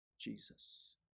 Jesus